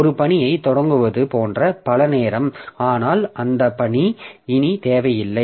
ஒரு பணியைத் தொடங்குவது போன்ற பல நேரம் ஆனால் அந்த பணி இனி தேவையில்லை